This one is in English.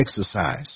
exercise